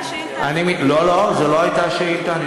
אבל זו הייתה השאילתה הזאת.